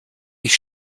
ich